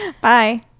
Bye